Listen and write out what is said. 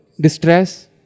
distress